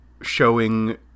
showing